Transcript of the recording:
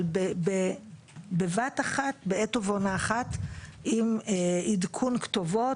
אבל בבת-אחת בעת ובעונה אחת עם עדכון כתובות,